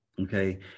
Okay